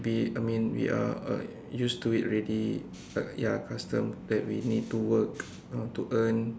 be it I mean we are uh used to it already uh ya custom that we need to work uh to earn